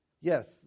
yes